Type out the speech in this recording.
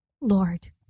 Lord